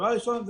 דבר ראשון,